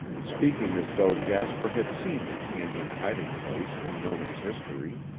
speaking as though jasper had seen the canon hiding-place and known its history,